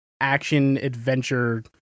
action-adventure